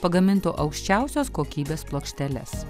pagamintų aukščiausios kokybės plokšteles